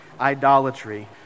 idolatry